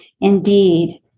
Indeed